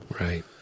Right